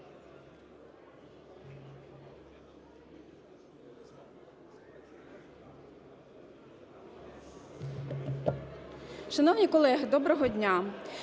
Доброго дня,